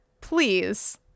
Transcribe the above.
Please